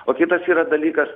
o kitas yra dalykas